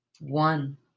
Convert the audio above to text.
one